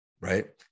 right